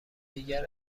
دیگر